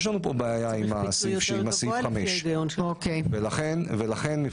יש פה בעיה עם סעיף 5. צריך פיצוי גבוה יותר,